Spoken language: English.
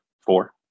Four